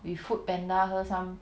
with Foodpanda her some